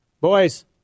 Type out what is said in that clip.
Boys